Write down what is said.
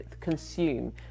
consume